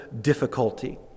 difficulty